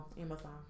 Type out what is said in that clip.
Amazon